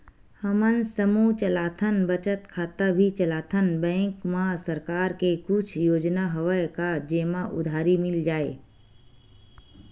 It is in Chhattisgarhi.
हमन समूह चलाथन बचत खाता भी चलाथन बैंक मा सरकार के कुछ योजना हवय का जेमा उधारी मिल जाय?